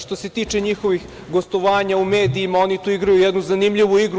Što se tiče njihovih gostovanja u medijima, oni tu igraju jednu zanimljivu igru.